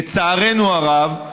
לצערנו הרב,